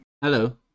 Hello